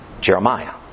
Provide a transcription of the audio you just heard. Jeremiah